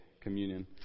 communion